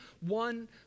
one